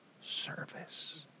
service